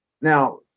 Now